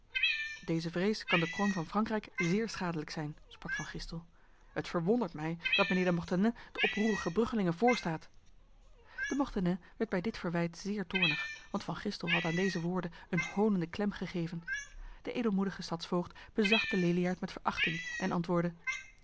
deze vrees kan de kroon van frankrijk zeer schadelijk zijn sprak van gistel het verwondert mij dat mijnheer de mortenay de oproerige bruggelingen voorstaat de mortenay werd bij dit verwijt zeer toornig want van gistel had aan deze woorden een honende klem gegeven de edelmoedige stadsvoogd bezag de leliaard met verachting en antwoordde